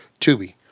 Tubi